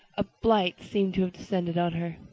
a blight seemed to have descended on her.